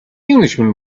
englishman